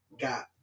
got